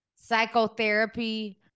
psychotherapy